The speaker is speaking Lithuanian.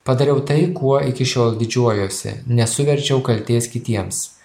padariau tai kuo iki šiol didžiuojuosi nesuverčiau kaltės kitiems